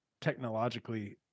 technologically